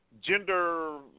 gender